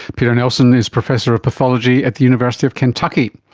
peter nelson is professor of pathology at the university of kentucky.